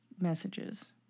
messages